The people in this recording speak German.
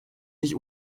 nicht